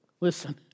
listen